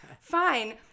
fine